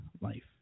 life